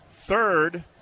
third